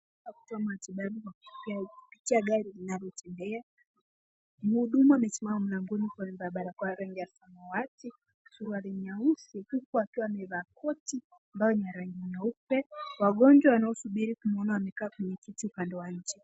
Huduma matibabu kwa kupitia gari linalotembea. Mhudumu amesimama mlangoni akiwa amevaa barakoa rangi ya samawati, suruali nyeusi, huku akiwa amevaa koti ambayo ni ya rangi nyeupe. Wagonjwa wanaosubiri kumuona wamekaa kwenye kiti upande wa nje.